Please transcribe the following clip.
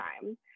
time